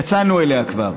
יצאנו אליה כבר.